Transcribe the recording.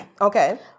okay